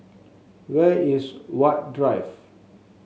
where is Huat Drive